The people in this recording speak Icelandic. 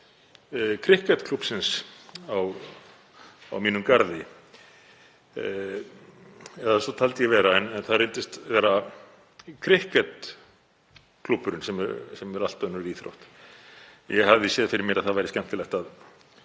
krikketklúbbsins á mínum garði, eða svo taldi ég vera, en það reyndist vera krokketklúbburinn, sem er allt önnur íþrótt. Ég hafði séð fyrir mér að það væri skemmtilegt að